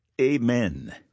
amen